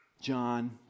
John